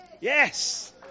Yes